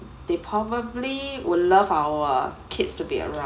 they probably will love our kids to be around